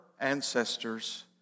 ancestors